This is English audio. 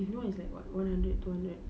if not it's like what one hundred two hundred